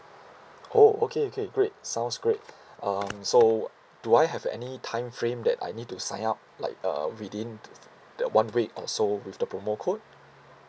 oh okay okay great sounds great um so do I have any time frame that I need to sign up like uh within that one week or so with the promo code